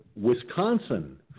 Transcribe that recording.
Wisconsin